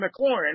mclaurin